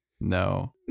No